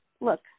Look